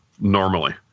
normally